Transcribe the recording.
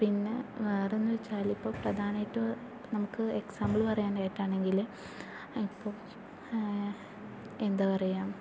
പിന്നെ വേറെയെന്ന് വെച്ചാല് ഇപ്പോൾ പ്രധാനമായിട്ട് നമുക്ക് എക്സാമ്പിൾ പറയാനായിട്ടാണെങ്കില് ഇപ്പോൾ എന്താ പറയുക